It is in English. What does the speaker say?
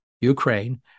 Ukraine